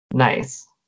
Nice